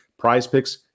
Prizepicks